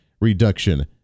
Reduction